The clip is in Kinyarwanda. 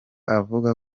avuga